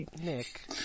Nick